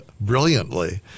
brilliantly